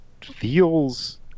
feels